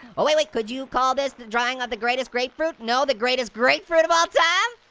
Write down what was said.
but wait. like could you call this the drying of the greatest grapefruit know the greatest grapefruit of all time?